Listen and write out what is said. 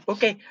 Okay